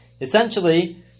Essentially